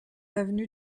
avenue